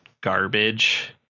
garbage